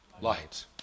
light